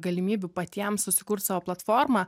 galimybių patiem susikurt savo platformą